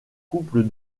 couple